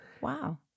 Wow